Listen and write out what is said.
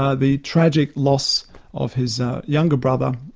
ah the tragic loss of his younger brother,